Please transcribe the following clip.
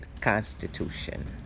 Constitution